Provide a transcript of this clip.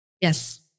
Yes